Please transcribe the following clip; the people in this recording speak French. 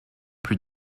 plus